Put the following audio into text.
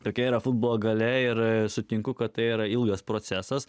tokia yra futbolo galia ir sutinku kad tai yra ilgas procesas